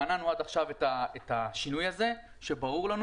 מנענו עד עכשיו את השינוי הזה כשברור לנו